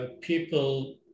people